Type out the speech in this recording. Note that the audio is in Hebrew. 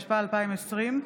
התשפ"א 2020,